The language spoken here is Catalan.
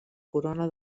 corona